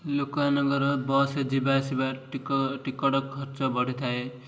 ଲୋକମାନଙ୍କର ବସ୍ରେ ଯିବା ଆସିବା ଟିକେଟ୍ ଖର୍ଚ୍ଚ ବଢ଼ିଥାଏ